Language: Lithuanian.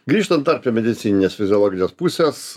grįžtant dar prie medicininės fiziologinės pusės